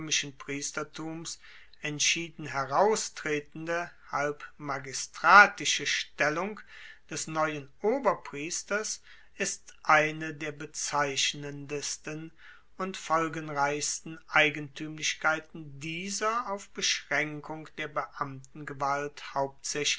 priestertums entschieden heraustretende halb magistratische stellung des neuen oberpriesters ist eine der bezeichnendsten und folgenreichsten eigentuemlichkeiten dieser auf beschraenkung der